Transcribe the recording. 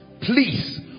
please